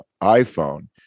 iPhone